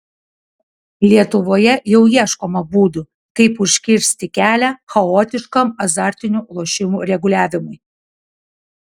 lietuvoje jau ieškoma būdų kaip užkirsti kelią chaotiškam azartinių lošimų reguliavimui